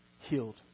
healed